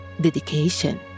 dedication